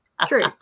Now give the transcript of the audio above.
True